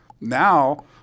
Now